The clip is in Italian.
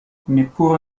neppure